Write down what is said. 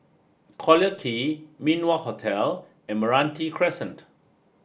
Collyer Key Min Wah Hotel and Meranti Crescent